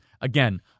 Again